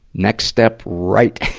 next step, right,